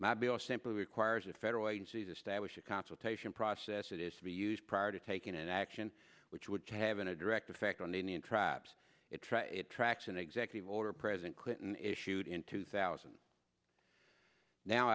mabille simply requires the federal agencies establish a consultation process that is to be used prior to taking an action which would have been a direct effect on the indian tribes it tracks an executive order president clinton issued in two thousand now